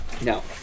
No